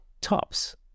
tops